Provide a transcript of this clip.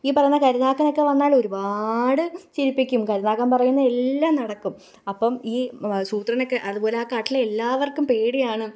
ഈ പറയുന്ന കരിനാക്കനൊക്കെ വന്നാൽ ഒരുപാട് ചിരിപ്പിക്കും കരിനാക്കന് പറയുന്ന എല്ലാം നടക്കും അപ്പം ഈ സൂത്രനൊക്കെ അതുപോലെ കാട്ടിലെ എല്ലാവര്ക്കും പേടിയാണ്